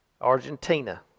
Argentina